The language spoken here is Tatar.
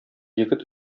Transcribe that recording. егет